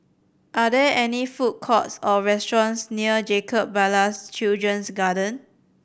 are there any food courts or restaurants near Jacob Ballas Children's Garden